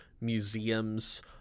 Museum's